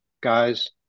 guys